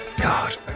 God